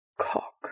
cock